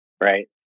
right